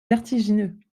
vertigineux